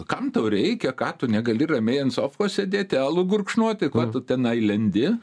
kam tau reikia ką tu negali ramiai ant sofos sėdėti alų gurkšnoti ko tu tenai lendi